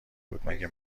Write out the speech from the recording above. بود، مگه